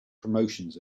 promotions